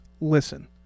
listen